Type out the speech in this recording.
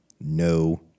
No